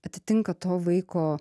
atitinka to vaiko